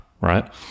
right